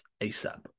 ASAP